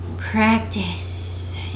practice